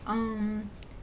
um